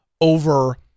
over